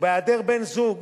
ובהיעדר בן-זוג,